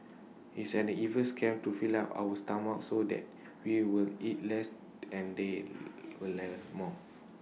it's an evil scam to fill up our stomachs so that we will eat less and they'll learn more